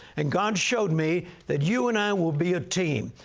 and god showed me that you and i will be a team,